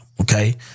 okay